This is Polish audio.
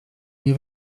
nie